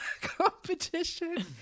competition